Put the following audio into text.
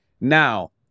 Now